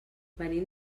venim